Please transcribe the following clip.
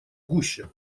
гуще